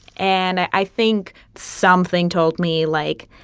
and i think something told me, like,